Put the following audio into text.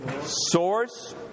Source